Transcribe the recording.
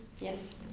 yes